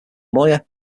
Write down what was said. lawyer